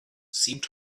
seemed